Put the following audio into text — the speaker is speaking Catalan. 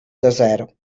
desert